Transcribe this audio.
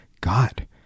God